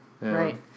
right